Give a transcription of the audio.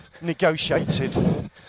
negotiated